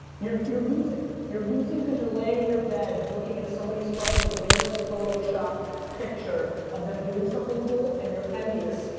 you're you're losing. you're losing cause you're laying in your bed looking at somebody's fucking glamorous photoshopped picture of them doing something cool and you're envious,